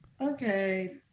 okay